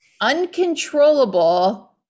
uncontrollable